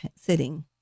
sitting